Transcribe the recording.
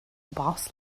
boss